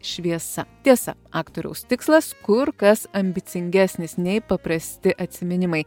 šviesa tiesa aktoriaus tikslas kur kas ambicingesnis nei paprasti atsiminimai